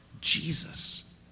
Jesus